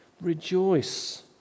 Rejoice